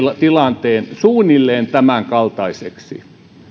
tilanteen suunnilleen tämänkaltaiseksi